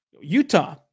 Utah